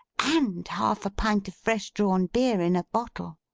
and half a pint of fresh-drawn beer in a bottle.